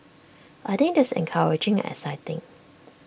I think that's encouraging and exciting